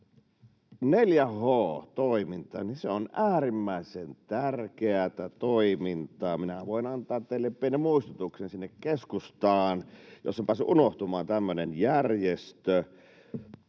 4H-toiminta on äärimmäisen tärkeätä toimintaa. Minä voin antaa teille pienen muistutuksen sinne keskustaan, jos on päässyt unohtumaan tämmöinen järjestö.